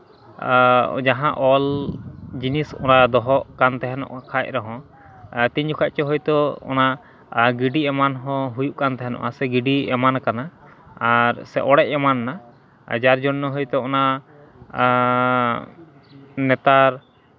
ᱡᱟᱦᱟᱸ ᱚᱞ ᱡᱤᱱᱤᱥ ᱚᱱᱟ ᱫᱚᱦᱚᱜ ᱠᱟᱱ ᱛᱟᱦᱮᱱᱚᱜ ᱠᱷᱟᱱ ᱨᱮᱦᱚᱸ ᱛᱤᱧ ᱡᱚᱠᱷᱚᱱ ᱪᱚ ᱦᱳᱭᱛᱳ ᱚᱱᱟ ᱜᱤᱰᱤ ᱮᱢᱟᱱ ᱦᱚᱸ ᱦᱩᱭᱩᱜ ᱠᱟᱱ ᱛᱟᱦᱮᱱᱚᱜᱼᱟ ᱥᱮ ᱜᱤᱰᱤ ᱮᱢᱟᱱ ᱠᱟᱱᱟ ᱟᱨ ᱥᱮ ᱚᱲᱮᱡ ᱮᱢᱟᱱ ᱮᱱᱟ ᱡᱟᱨ ᱡᱚᱱᱱᱚ ᱦᱚᱭᱛᱳ ᱚᱱᱟ ᱱᱮᱛᱟᱨ